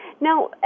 Now